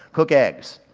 cook eggs.